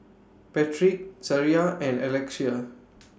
Patric Zaria and Alexia